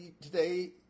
today